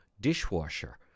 dishwasher